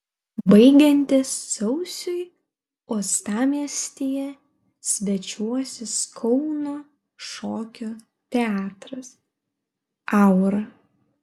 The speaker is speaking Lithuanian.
baigiantis sausiui uostamiestyje svečiuosis kauno šokio teatras aura